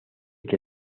que